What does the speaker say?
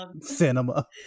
cinema